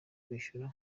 kwishyura